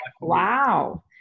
wow